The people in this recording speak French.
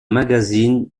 magazine